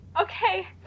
Okay